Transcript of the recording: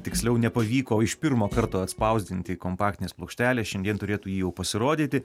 tiksliau nepavyko iš pirmo karto atspausdinti kompaktinės plokštelės šiandien turėtų ji jau pasirodyti